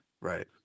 right